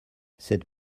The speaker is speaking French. cette